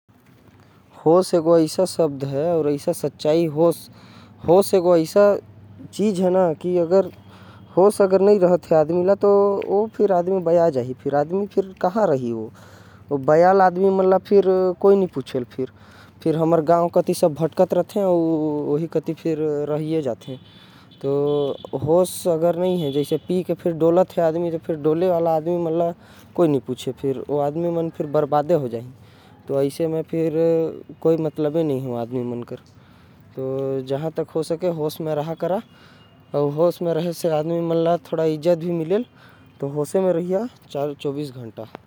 होश एगो शब्द है ऐसा सच्चाई ऐसा चीज है। ना होश अगर नही है तो आदमी बया जाहि। बया आदमी ला कोई नही पूछे कहाँ रहीही। बया आदमी ला कोई नही पूछेल उमन ऐसे घुमत रहते। भटकते रहथे होश अगर नही रहबे तो भटकट रह जाथे। ओला कोई नही पूछेल एकर बर हमेश होश में रहेके चाही।